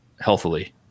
healthily